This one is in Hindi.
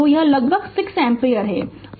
जो यह लगभग 6 एम्पीयर है